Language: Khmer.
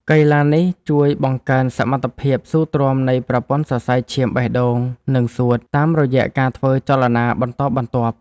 កីឡានេះជួយបង្កើនសមត្ថភាពស៊ូទ្រាំនៃប្រព័ន្ធសរសៃឈាមបេះដូង និងសួត តាមរយៈការធ្វើចលនាបន្តបន្ទាប់។